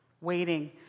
waiting